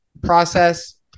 Process